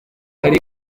hari